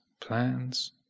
plans